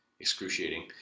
excruciating